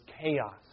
chaos